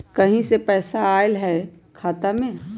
कहीं से पैसा आएल हैं खाता में?